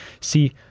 See